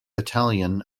battalion